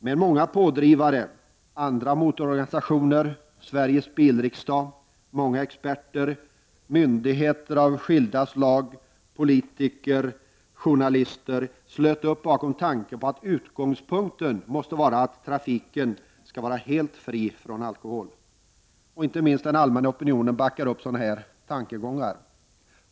Men många pådrivare, andra motororganisationer, Sveriges bilriksdag, många experter, myndigheter av skilda slag, politiker och journalister, slöt upp bakom tanken att utgångspunkten måste vara en trafik helt fri från alkohol. Inte minst den allmänna opinionen backar upp sådana här tankegångar.